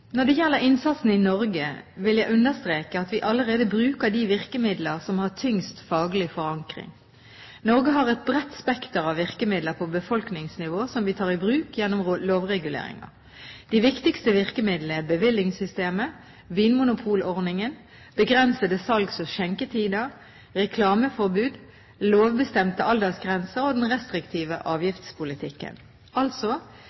Når det gjelder innsatsen i Norge, vil jeg understreke at vi allerede bruker de virkemidler som har tyngst faglig forankring. Norge har et bredt spekter av virkemidler på befolkningsnivå som vi tar i bruk gjennom lovreguleringer. De viktigste virkemidlene er bevillingssystemet, vinmonopolordningen, begrensede salgs- og skjenketider, reklameforbud, lovbestemte aldersgrenser og den restriktive avgiftspolitikken – altså